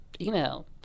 email